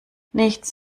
nichts